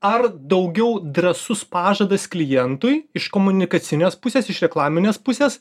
ar daugiau drąsus pažadas klientui iš komunikacinės pusės iš reklaminės pusės